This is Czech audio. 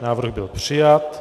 Návrh byl přijat.